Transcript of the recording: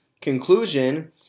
conclusion